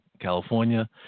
California